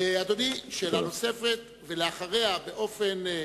אדוני, שאלה נוספת ואחריה, באופן,